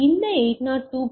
இந்த 802